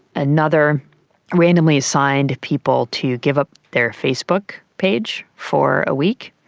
another randomly assigned people to give up their facebook page for a week,